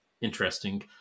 interesting